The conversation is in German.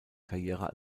karriere